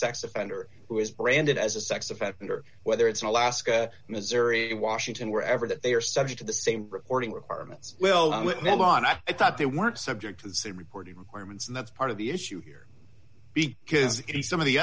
sex offender who is branded as a sex offender whether it's in alaska missouri and washington wherever that they are subject to the same reporting requirements will them and i thought they weren't subject to the same reporting requirements and that's part of the issue here because some of the